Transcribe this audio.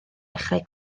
dechrau